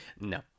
No